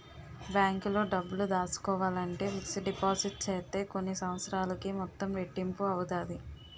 బ్యాంకులో డబ్బులు దాసుకోవాలంటే ఫిక్స్డ్ డిపాజిట్ సేత్తే కొన్ని సంవత్సరాలకి మొత్తం రెట్టింపు అవుతాది